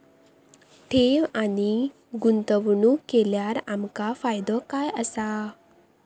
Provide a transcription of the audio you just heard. ठेव आणि गुंतवणूक केल्यार आमका फायदो काय आसा?